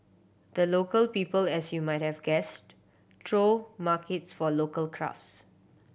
the Local People as you might have guessed throw markets for local crafts